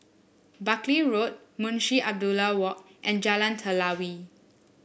Buckley Road Munshi Abdullah Walk and Jalan Telawi